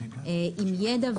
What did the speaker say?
עם ידע,